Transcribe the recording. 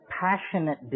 passionate